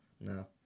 no